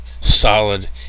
solid